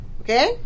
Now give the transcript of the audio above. Okay